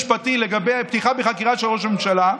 המשפטי לגבי פתיחה בחקירה של ראש הממשלה.